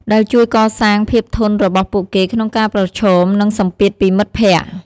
ដែលជួយកសាងភាពធន់របស់ពួកគេក្នុងការប្រឈមនឹងសម្ពាធពីមិត្តភក្តិ។